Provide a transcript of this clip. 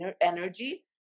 energy